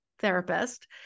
therapist